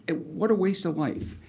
and what a waste of life.